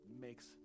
makes